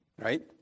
Right